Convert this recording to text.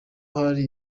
hari